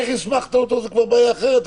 איך הסמכת אותו זו כבר בעיה אחרת,